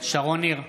שרון ניר,